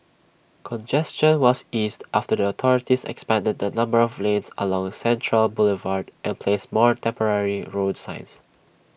congestion was eased after the authorities expanded the number of lanes along central Boulevard and placed more temporary road signs